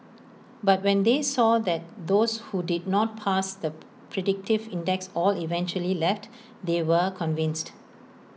but when they saw that those who did not pass the predictive index all eventually left they were convinced